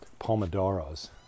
Pomodoros